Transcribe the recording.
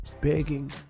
begging